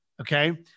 Okay